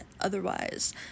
otherwise